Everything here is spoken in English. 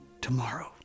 tomorrow